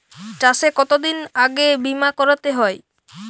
চাষে কতদিন আগে বিমা করাতে হয়?